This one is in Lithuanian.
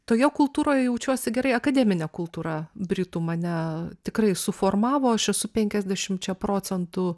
toje kultūroje jaučiuosi gerai akademinė kultūra britų mane tikrai suformavo aš esu penkiasdešimčia procentų